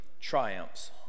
triumphs